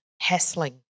hassling